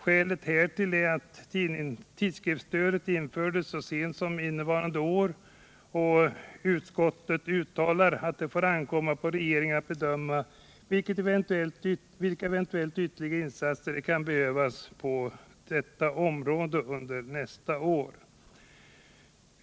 Skälet härtill är att tidskriftsstödet infördes så sent som innevarande år, och utskottet uttalar att det får ankomma på regeringen att bedöma vilka eventuella ytterligare insatser det kan behövas på detta område under nästa år.